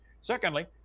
Secondly